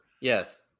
Yes